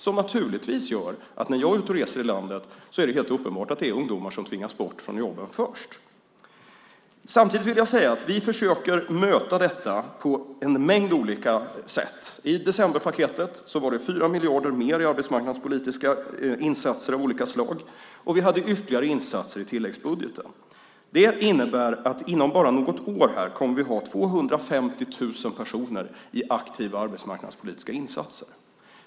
När jag är ute och reser i landet är det helt uppenbart att det är ungdomar som tvingas bort från jobben först. Samtidigt vill jag säga att vi försöker möta detta på en mängd olika sätt. I decemberpaketet var det 4 miljarder mer i arbetsmarknadspolitiska insatser av olika slag, och vi hade ytterligare insatser i tilläggsbudgeten. Det innebär att bara inom något år kommer vi att ha 250 000 personer i aktiva arbetsmarknadspolitiska insatser.